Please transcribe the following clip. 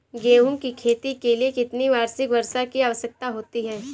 गेहूँ की खेती के लिए कितनी वार्षिक वर्षा की आवश्यकता होती है?